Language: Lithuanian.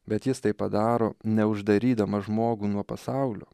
bet jis tai padaro neuždarydamas žmogų nuo pasaulio